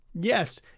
Yes